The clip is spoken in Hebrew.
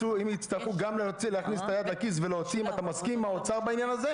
הצטרכו גם להכניס את היד לכיס ולהוציא - אתה מסכים עם האוצר בעניין הזה?